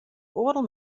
oardel